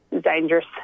dangerous